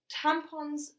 tampons